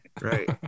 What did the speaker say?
right